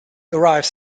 arrives